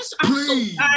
Please